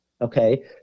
Okay